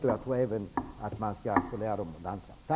Jag tror t.ex. att man kan lära dem att dansa.